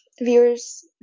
Viewers